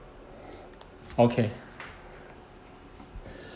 okay